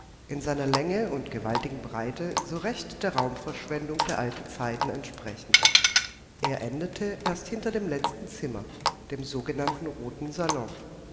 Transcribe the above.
in seiner länge und gewaltigen breite so recht der raumverschwendung der alten zeiten entsprechend er endete erst hinter dem letzten zimmer dem sogenannten roten salon